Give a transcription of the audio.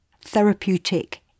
therapeutic